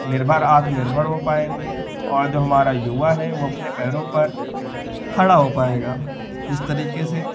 निर्भर आत्मनिर्भर हो पाएँगे और जो हमारा युवा है वह अपने पैरों पर खड़ा हो पाएगा इस तरीके से